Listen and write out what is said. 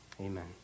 amen